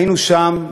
היינו שם,